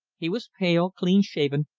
he was pale, clean-shaven,